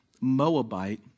Moabite